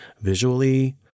visually